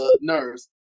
nurse